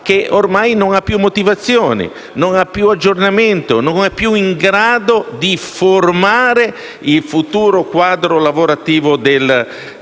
che ormai non ha più motivazioni, non fa più aggiornamento e non è più in grado di formare il futuro quadro lavorativo del Paese.